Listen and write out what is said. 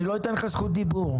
אני לא אתן לך זכות דיבור.